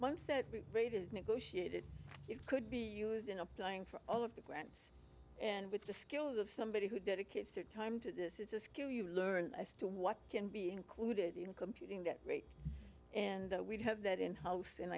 that rate is negotiated it could be used in applying for all of the grants and with the skills of somebody who dedicate their time to this it's a skill you learn as to what can be included in computing that rate and we have that in house and